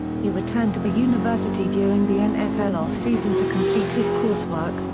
he returned to the university during the nfl off-season to complete his coursework,